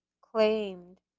claimed